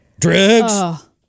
drugs